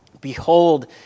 Behold